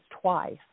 twice